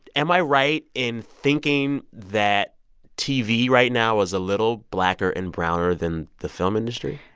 am i right in thinking that tv right now is a little blacker and browner than the film industry?